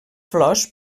flors